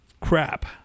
crap